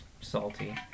salty